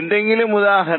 എന്തെങ്കിലും ഉദാഹരണം